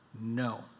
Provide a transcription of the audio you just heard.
no